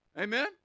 amen